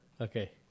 Okay